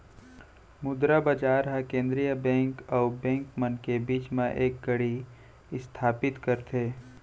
मुद्रा बजार ह केंद्रीय बेंक अउ बेंक मन के बीच म एक कड़ी इस्थापित करथे